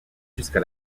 jusqu’à